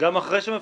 גם אחרי שמפזרים.